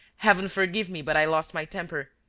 heaven forgive me, but i lost my temper!